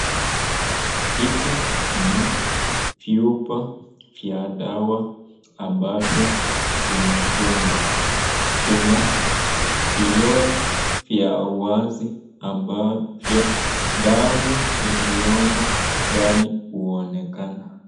Hivi ni vyupa vya dawa ambavyo vimefungwa. Vina vioo vya uwazi ambavyo dawa iliyomo ndani huonekana.